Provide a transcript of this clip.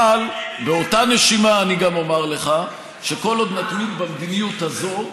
אבל באותה נשימה אני גם אומר לך שכל עוד נתמיד במדיניות הזאת,